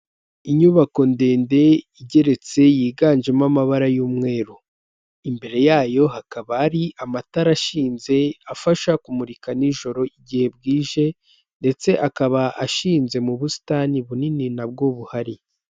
Inyubako ndende igeretse yiganjemo amabara y'umweru, imbere yayo hakaba hari amatara ashinze, afasha kumurika nijoro igihe bwije ndetse akaba ashinze mu busitani bunini nabwo buhari.